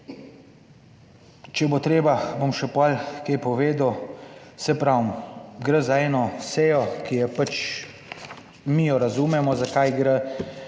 Če bo treba bom še, potem kaj povedal. Saj pravim, gre za eno sejo, ki je pač, mi jo razumemo za kaj gre,